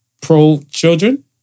pro-children